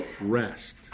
Rest